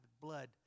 blood